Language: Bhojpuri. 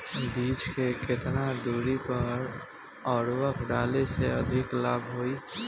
बीज के केतना दूरी पर उर्वरक डाले से अधिक लाभ होई?